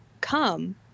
come